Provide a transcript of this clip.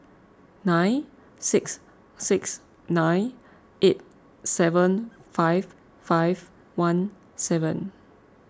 nine six six nine eight seven five five one seven